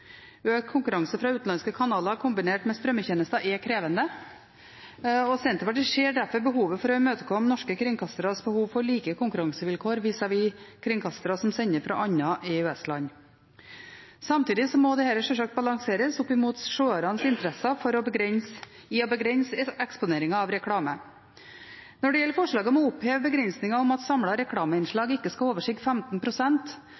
Økt konkurranse fra utenlandske kanaler kombinert med strømmetjenester er krevende, og Senterpartiet ser derfor behovet for å imøtekomme norske kringkasteres behov for like konkurransevilkår vis-à-vis kringkastere som sender fra andre EØS-land. Samtidig må dette sjølsagt balanseres opp mot seernes interesse i å begrense eksponeringen av reklame. Når det gjelder forslaget om å oppheve begrensningen av at